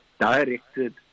directed